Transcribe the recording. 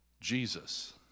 Jesus